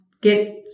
get